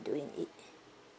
doing it